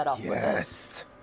Yes